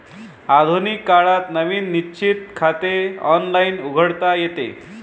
आधुनिक काळात नवीन निश्चित खाते ऑनलाइन उघडता येते